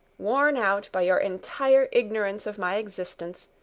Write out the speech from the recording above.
worn out by your entire ignorance of my existence,